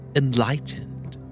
enlightened